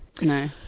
No